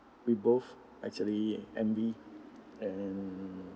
we both actually and